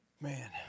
man